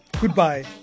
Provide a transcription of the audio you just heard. goodbye